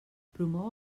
promou